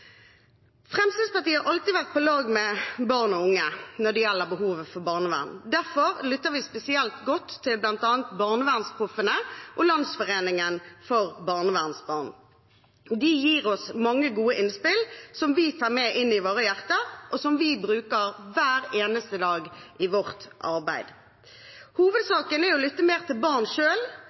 Fremskrittspartiet har alltid vært på lag med barn og unge når det gjelder behovet for barnevern. Derfor lytter vi spesielt godt til bl.a. BarnevernsProffene og Landsforeningen for barnevernsbarn. De gir oss mange gode innspill, som vi tar med inn i våre hjerter, og som vi bruker hver eneste dag i vårt arbeid. Hovedsaken er å lytte mer til